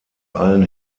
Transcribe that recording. allen